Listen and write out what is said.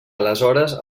aleshores